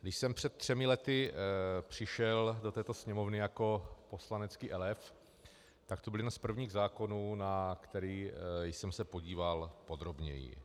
Když jsem před třemi lety přišel do této Sněmovny jako poslanecký elév, tak to byl jeden z prvních zákonů, na který jsem se podíval podrobněji.